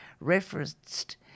referenced